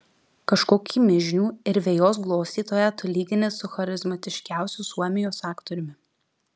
kažkokį mižnių ir vejos glostytoją tu lygini su charizmatiškiausiu suomijos aktoriumi